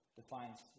defines